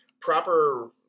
Proper